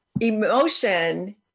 emotion